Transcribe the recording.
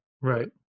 Right